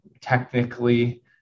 technically